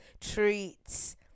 treats